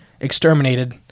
exterminated